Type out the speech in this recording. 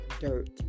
dirt